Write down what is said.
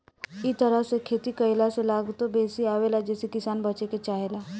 इ तरह से खेती कईला से लागतो बेसी आवेला जेसे किसान बचे के चाहेला